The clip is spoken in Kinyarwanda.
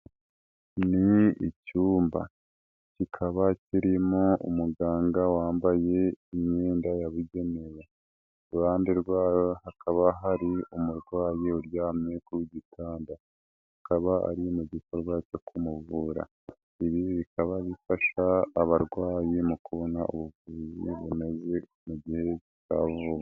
Ni icyumba, kikaba kirimo umuganga wambaye imyenda yabugenewe, iruhande hakaba hari umurwayi uryamye ku gitanda, akaba ari mu gikorwa cyo kumuvura, ibi bikaba bifasha abarwayi mu kubona ubuvuzi bunoze mu gihe cya vuba.